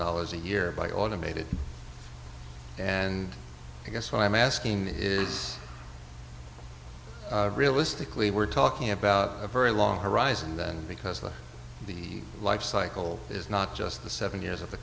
dollars a year by automated and i guess what i'm asking is realistically we're talking about a very long horizon that because of the life cycle is not just the seven years of the